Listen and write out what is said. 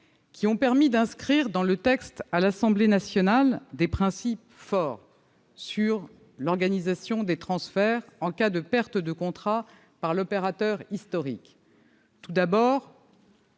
qui ont permis d'inscrire dans le texte à l'Assemblée nationale des principes forts en matière d'organisation des transferts de personnel en cas de perte de contrat par l'opérateur historique. Tout d'abord,